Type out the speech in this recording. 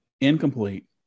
incomplete